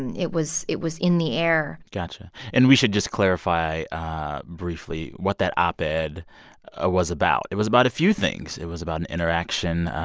and it was it was in the air got you. and we should just clarify briefly what that ah op-ed ah was about. it was about a few things. it was about an interaction